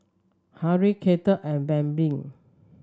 Harrie Katy and Bambi